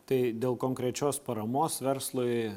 tai dėl konkrečios paramos verslui